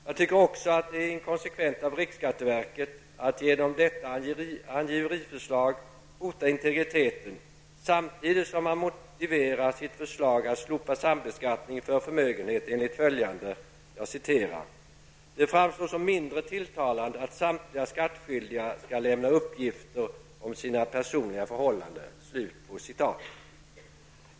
Jag tycker också att det är inkonsekvent av riksskatteverket att genom detta angiveriförslag hota integriteten, samtidigt som man motiverar sitt förslag att slopa sambeskattningen för förmögenhet enligt följande: ''Det framstår som mindre tilltalande att samtliga skattskyldiga skall lämna uppgifter om sina personliga förhållanden.''